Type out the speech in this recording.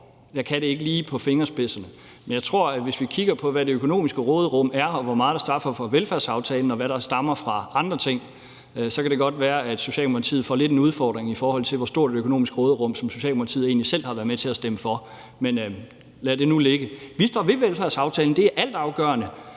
Og jeg tror – jeg kan det ikke lige på fingerspidserne – at hvis vi kigger på, hvad det økonomiske råderum er, og hvor meget der stammer fra velfærdsaftalen, og hvad der stammer fra andre ting, så kan det godt være, at Socialdemokratiet får lidt af en udfordring, i forhold til hvor stort et økonomisk råderum Socialdemokratiet egentlig selv har været med til at stemme for. Men lad det nu ligge. Vi står ved velfærdsaftalen. Det er altafgørende,